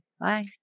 Bye